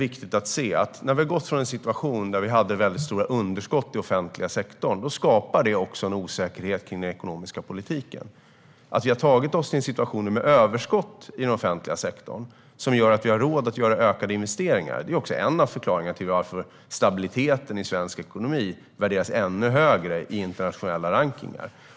Vi har gått från en situation då vi hade väldigt stora underskott i den offentliga sektorn, vilket skapade en osäkerhet om den ekonomiska politiken. Att vi nu har tagit oss till en situation med överskott i den offentliga sektorn, där vi har råd att göra ökade investeringar, är också en av förklaringarna till att stabiliteten i svensk ekonomi värderas ännu högre i internationella rankningar.